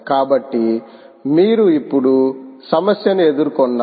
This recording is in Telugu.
కాబట్టి మీరు ఇప్పుడు సమస్యను ఎదుర్కొన్నారు